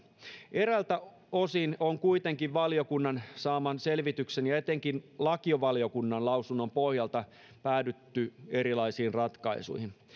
eräältä osin on kuitenkin valiokunnan saaman selvityksen ja etenkin lakivaliokunnan lausunnon pohjalta päädytty erilaisiin ratkaisuihin